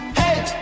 hey